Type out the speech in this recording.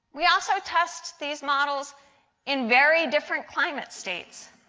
we also test these models in very different climates states.